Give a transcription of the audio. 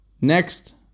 Next